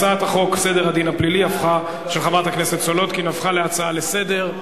הצעת חוק סדר הדין הפלילי של חברת הכנסת סולודקין הפכה להצעה לסדר-היום.